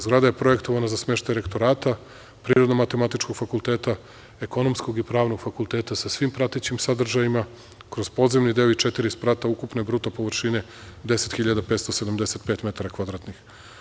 Zgrada je projektovana za smeštaj Rektorata Prirodno-matematičkog fakulteta, Ekonomskog i Pravnog fakulteta sa svim pratećem sadržajima kroz podzemni deo i četiri sprata ukupne bruto površine 10.570 metara kvadratnih.